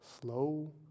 slow